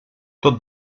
tot